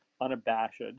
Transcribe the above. unabashed